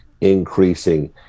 increasing